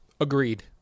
Agreed